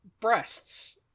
breasts